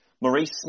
Maurice